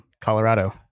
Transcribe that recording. Colorado